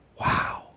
wow